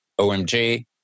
OMG